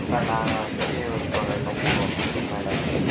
இப்போ நாங்கள் வச்சு இப்போ ரெண்டு மூணு வருஷத்துக்கு மேலே ஆகுது